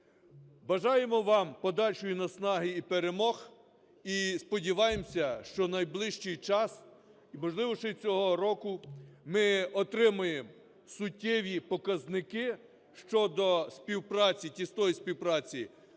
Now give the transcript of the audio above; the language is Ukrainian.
Бажаємо вам подальшої наснаги і перемог. І сподіваємося, що в найближчий час і, можливо, ще і цього року ми отримаємо суттєві показники щодо співпраці, тісної співпраці